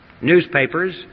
newspapers